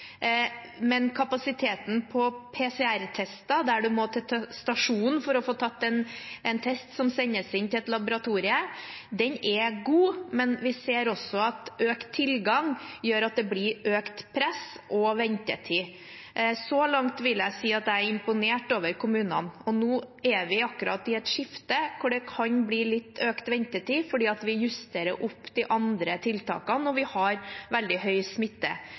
Kapasiteten på PCR-tester, der man må til en stasjon for å få tatt en test som sendes inn til et laboratorium, er god, men vi ser også at økt tilgang gjør at det blir økt press og ventetid. Så langt vil jeg si at jeg er imponert over kommunene. Nå er vi akkurat i et skifte hvor det kan bli litt økt ventetid, fordi vi justerer opp de andre tiltakene, og vi har veldig høy smitte.